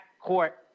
court —